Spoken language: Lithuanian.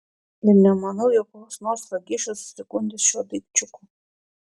ir nemanau jog koks nors vagišius susigundys šiuo daikčiuku